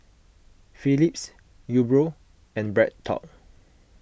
Phillips Umbro and BreadTalk